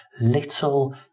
little